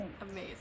amazing